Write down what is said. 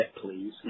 please